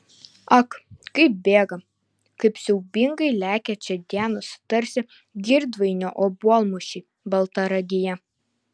ak kaip bėga kaip siaubingai lekia čia dienos tarsi girdvainio obuolmušiai baltaragyje